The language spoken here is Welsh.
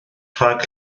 rhag